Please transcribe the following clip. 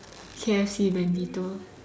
K_F_C Bandito